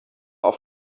auf